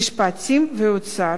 המשפטים והאוצר,